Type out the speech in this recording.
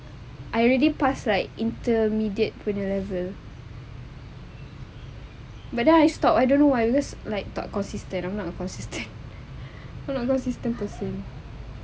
I already passed like intermediate punya level but then I stop I don't know why because like not consistent I am not a consistent not consistent person